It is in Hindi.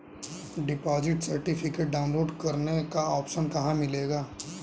डिपॉजिट सर्टिफिकेट डाउनलोड करने का ऑप्शन कहां मिलेगा?